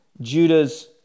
Judah's